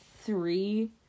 three